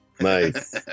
Nice